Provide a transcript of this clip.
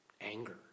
Anger